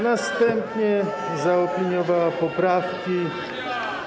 Następnie zaopiniowała poprawki.